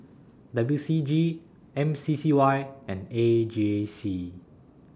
W C G M C C Y and A J C